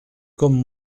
comme